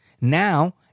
Now